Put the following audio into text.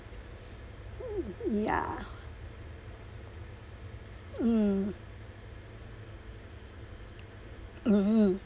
yeah mm mmhmm